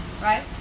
right